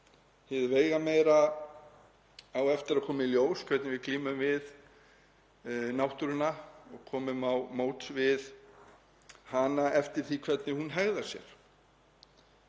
hið veigameira á eftir að koma í ljós, hvernig við glímum við náttúruna og komum til móts við hana eftir því hvernig hún hegðar sér.